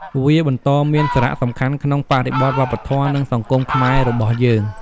វាបន្តមានសារៈសំខាន់ក្នុងបរិបទវប្បធម៌ និងសង្គមខ្មែររបស់យើង។